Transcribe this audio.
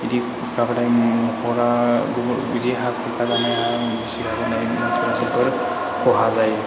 बिदि हा खुरखानाय न'खरा बिदि हा खुरखाजानाय मानसिफोरा जोबोर खहा जायो